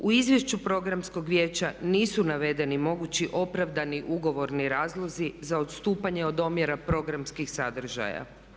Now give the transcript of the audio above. U izvješću Programskog vijeća nisu navedeni mogući opravdani ugovorni razlozi za odstupanje od omjera programskih sadržaja.